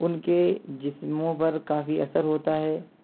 ان کے جسموں پر کافی اثر ہوتا ہے